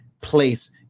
place